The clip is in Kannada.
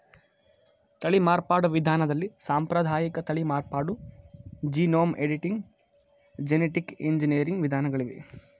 ತಳಿ ಮಾರ್ಪಾಡು ವಿಧಾನದಲ್ಲಿ ಸಾಂಪ್ರದಾಯಿಕ ತಳಿ ಮಾರ್ಪಾಡು, ಜೀನೋಮ್ ಎಡಿಟಿಂಗ್, ಜೆನಿಟಿಕ್ ಎಂಜಿನಿಯರಿಂಗ್ ವಿಧಾನಗಳಿವೆ